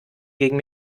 gegen